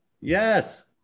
Yes